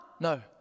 no